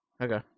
Okay